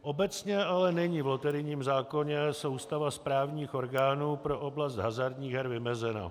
Obecně ale není v loterijním zákoně soustava správních orgánů pro oblast hazardních her vymezena.